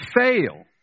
fail